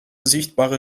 sichtbare